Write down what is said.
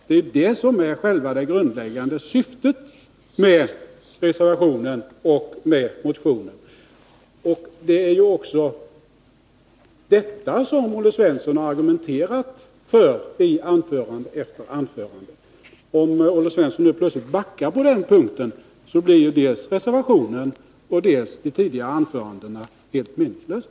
Det är detta som är det grundläggande syftet med motionen och reservationen. Det är också detta som Olle Svensson har argumenterat för i anförande efter anförande. Om Olle Svensson nu plötsligt backar på denna punkt, blir dels reservationen, dels de tidigare anförandena helt meningslösa.